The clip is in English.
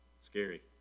Scary